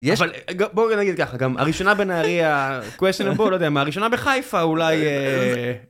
אבל בואו נגיד ככה, גם הראשונה בנערי ה... קווייסלנד בואו, לא יודע, מה הראשונה בחיפה אולי...